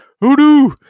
Hoodoo